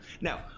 Now